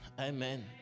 amen